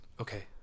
Okay